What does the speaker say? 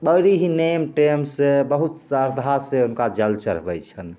बड़ी ही नेम टेम से बहुत श्रद्धा से हुनका जल चढ़बैत छनि